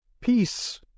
peace